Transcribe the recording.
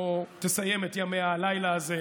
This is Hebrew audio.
או תסיים את ימיה הלילה הזה,